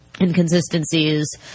inconsistencies